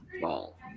Ball